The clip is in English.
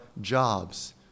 jobs